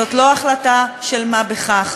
זאת לא החלטה של מה בכך.